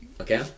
okay